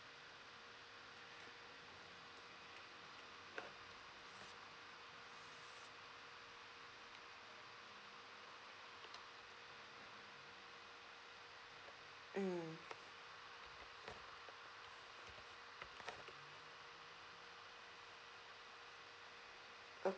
mm